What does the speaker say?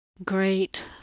Great